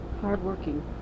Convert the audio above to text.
Hard-working